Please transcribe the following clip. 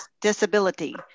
disability